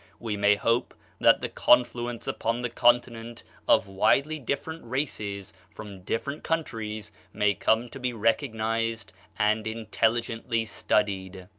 we may hope that the confluence upon the continent of widely different races from different countries may come to be recognized and intelligently studied.